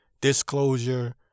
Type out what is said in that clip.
disclosure